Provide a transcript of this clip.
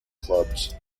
clubs